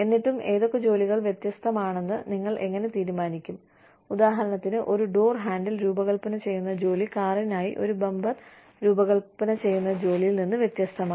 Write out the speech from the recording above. എന്നിട്ടും ഏതൊക്കെ ജോലികൾ വ്യത്യസ്തമാണെന്ന് നിങ്ങൾ എങ്ങനെ തീരുമാനിക്കും ഉദാഹരണത്തിന് ഒരു ഡോർ ഹാൻഡിൽ രൂപകൽപ്പന ചെയ്യുന്ന ജോലി കാറിനായി ഒരു ബമ്പർ രൂപകൽപ്പന ചെയ്യുന്ന ജോലിയിൽ നിന്ന് വ്യത്യസ്തമാണ്